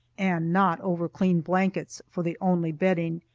and not over-clean blankets for the only bedding,